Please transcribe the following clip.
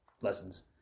lessons